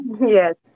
yes